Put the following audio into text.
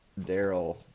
Daryl